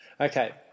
Okay